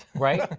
right?